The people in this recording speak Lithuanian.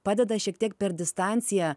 padeda šiek tiek per distanciją